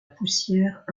poussière